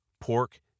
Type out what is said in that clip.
pork